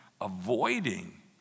avoiding